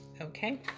Okay